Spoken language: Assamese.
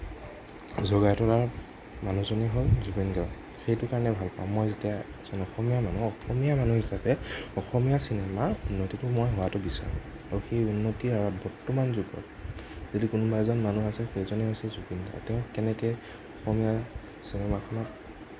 জগাই তোলা মানুহজনেই হ'ল জুবিন গাৰ্গ সেইটো কাৰণে ভাল পাওঁ মই যেতিয়া এজন অসমীয়া মানুহ অসমীয়া মানুহ হিচাপে অসমীয়া চিনেমাৰ উন্নতিটো মই হোৱাটো বিচাৰোঁ আৰু সেই উন্নতিৰ আঁৰত বৰ্তমান যুগত যদি কোনোবা এজন মানুহ আছে সেইজনেই হৈছে জুবিনদা তেওঁ কেনেকৈ অসমীয়া চিনেমাখনৰ